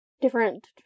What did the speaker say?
different